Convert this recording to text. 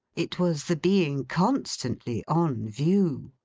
it was the being constantly on view.